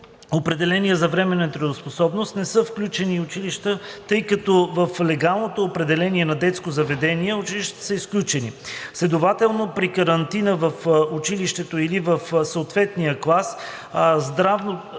определение за временна неработоспособност не са включени училищата, тъй като в легалното определение на детско заведение училищата са изключени. Следователно при карантина в училището или в съответния клас здравото